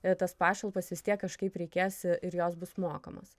ir tas pašalpas vis tiek kažkaip reikės ir jos bus mokamos